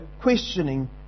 questioning